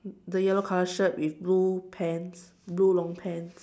the yellow colour shirt with blue pants with blue long pants